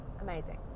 amazing